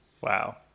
Wow